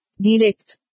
Direct